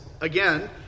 again